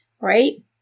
right